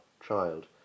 child